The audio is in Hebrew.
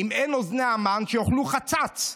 אם אין אוזני המן, שיאכלו חצץ.